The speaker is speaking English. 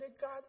God